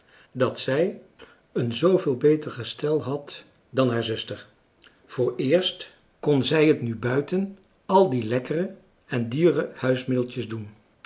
dat zij een zooveel beter gestel had dan haar zuster vooreerst kon zij het nu buiten al die lekkere en dure huismiddeltjes doen